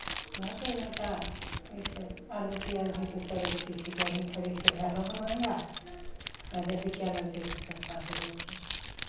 घाटे घाटा इसभ आलू पियाज भी तऽ सड़ै छै छिकै अभी खरीद कऽ धयलहुँ हेँ महंगा आ जे बिकाय लगतै तऽ सस्ता होय जाइ छै